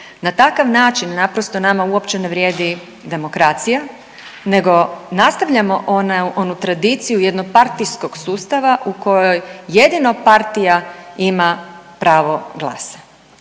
Na takav način naprosto nama uopće ne vrijedi demokracija, nego nastavljamo onu tradiciju jednopartijskog sustava u kojoj jedino partija ima pravo glasa.